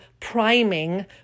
priming